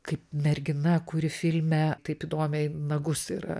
kaip mergina kuri filme taip įdomiai nagus yra